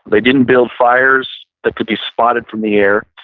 they didn't build fires that could be spotted from the air.